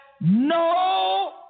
no